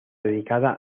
dedicada